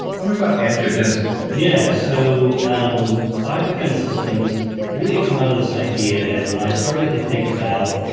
tell me about angiogenesis yeah so um five defense systems really come out of this idea that when i started to think about